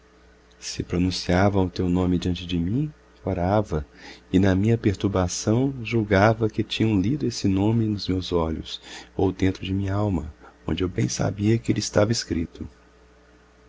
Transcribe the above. se pronunciavam o teu nome diante de mim corava e na minha perturbação julgava que tinham lido esse nome nos meus olhos ou dentro de minh'alma onde eu bem sabia que ele estava escrito